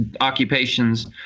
occupations